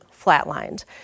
flatlined